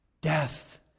Death